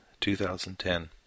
2010